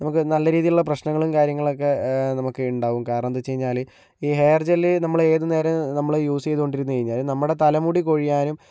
നമുക്ക് നല്ല രീതിയിലുള്ള പ്രശ്നങ്ങളും കാര്യങ്ങളൊക്കെ നമുക്ക് ഉണ്ടാവും കാരണമെന്താ വെച്ചു കഴിഞ്ഞാല് ഈ ഹെയർ ജെൽ നമ്മളേതു നേരവും നമ്മള് യൂസ് ചെയ്തുകൊണ്ടിരുന്നു കഴിഞ്ഞാൽ നമ്മുടെ തലമുടി കൊഴിയാനും